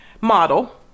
model